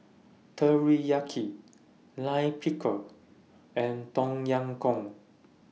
Teriyaki Lime Pickle and Tom Yam Goong